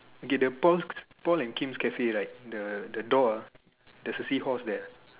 okay the Paul's the Paul and Kim's cafe right the door ah there's a seahorse there